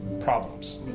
problems